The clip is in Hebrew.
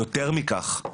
ויותר מכך,